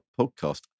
podcast